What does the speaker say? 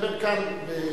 לדבר כאן באנגלית.